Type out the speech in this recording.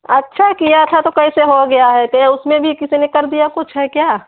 अच्छा किया था तो कैसे हो गया है तो उसमें भी किसी ने कर दिया कुछ है क्या